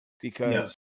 because-